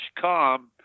come